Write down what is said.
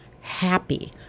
happy